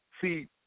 see